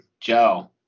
Joe